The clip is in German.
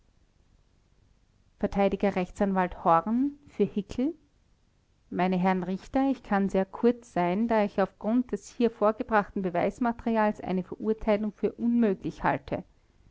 verteidiger r a horn für hickel meine herren richter ich kann sehr kurz sein da ich auf grund des hier vorgebrachten beweismaterials eine verurteilung für unmöglich halte